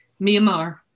Myanmar